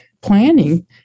planning